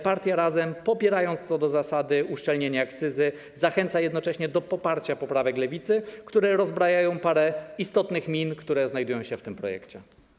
Partia Razem, popierając co do zasady uszczelnienie akcyzy, zachęca jednocześnie do poparcia poprawek Lewicy, które rozbrajają parę istotnych min, które znajdują się w tym projekcie.